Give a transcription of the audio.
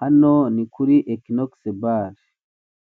Hano ni kuri EQUINOXE BAR